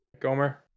Gomer